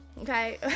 Okay